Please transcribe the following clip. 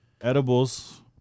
edibles